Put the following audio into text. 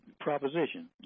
proposition